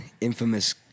infamous